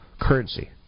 currency